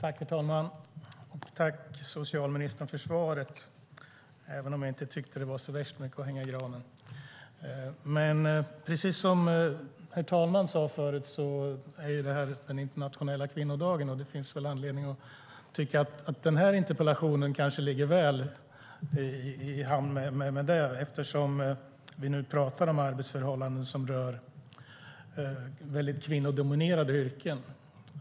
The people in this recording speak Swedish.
Herr talman! Tack för svaret, socialministern, även om jag inte tycker att det är så värst mycket att hänga i granen! Precis som herr talman sade förut är det den internationella kvinnodagen i dag. Därför kan man ju tycka att den här interpellationen ligger väl i linje med det eftersom vi pratar om arbetsförhållanden som rör mycket kvinnodominerande yrken.